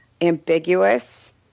ambiguous